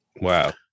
Wow